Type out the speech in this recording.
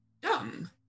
dumb